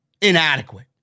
inadequate